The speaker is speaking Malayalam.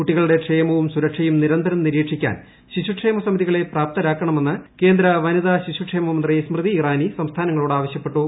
കുട്ടികളുടെ ക്ഷേമവും സുരക്ഷയും നിരന്തരം നിരീക്ഷിക്കാൻ ശിശുക്ഷേമ സമിതികളെ പ്രാപ്തരാക്കണമെന്ന് കേന്ദ്ര വനിതാ ശിശുക്ഷേമ മന്ത്രി സ്മൃതി ഇറാനി സംസ്ഥാനങ്ങളോട് ആവശ്യപ്പെട്ടു